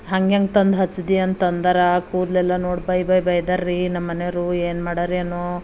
ಹಂಗ್ಯಂಗೆ ತಂದು ಹಚ್ದಿ ಅಂತಂದರೆ ಕೂದಲೆಲ್ಲ ನೋಡಿ ಬೈ ಬೈ ಬೈದರು ರೀ ನಮ್ಮ ಮನೆಯವರು ಏನು ಮಾಡಾರ್ ಏನೋ